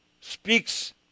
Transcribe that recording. speaks